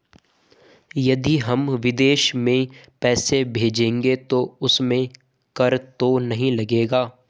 यदि हम विदेश में पैसे भेजेंगे तो उसमें कर तो नहीं लगेगा?